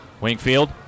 Wingfield